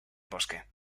bosque